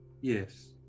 Yes